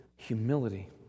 Humility